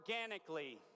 organically